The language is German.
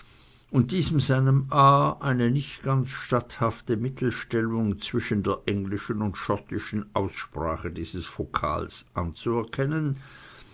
und diesem seinem a eine nicht ganz statthafte mittelstellung zwischen der englischen und schottischen aussprache dieses vokals zuzuerkennen